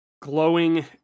glowing